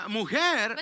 mujer